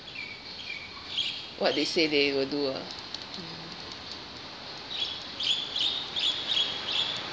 what they say they will do ah